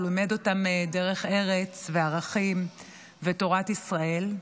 הוא לימד אותם דרך ארץ וערכים ותורת ישראל.